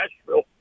Nashville